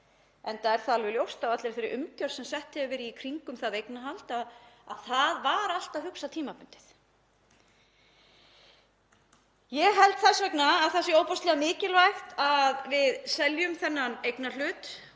er það alveg ljóst, af allri þeirri umgjörð sem sett hefur verið í kringum það eignarhald, að það var alltaf hugsað tímabundið. Ég held þess vegna að það sé ofboðslega mikilvægt að við seljum þennan eignarhlut